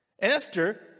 Esther